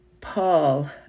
Paul